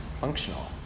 functional